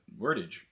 wordage